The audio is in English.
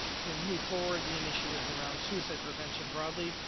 to move forward the initiatives around suicide prevention broadly,